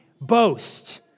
boast